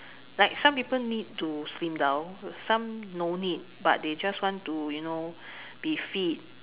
like some people need to slim down some no need but they just want to you know be fit